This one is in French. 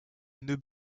nœuds